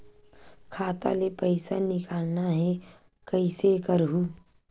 खाता ले पईसा निकालना हे, कइसे करहूं?